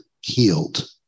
healed